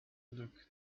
look